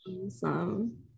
Awesome